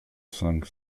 cinq